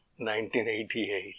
1988